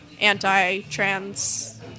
anti-trans